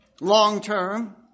long-term